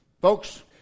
Folks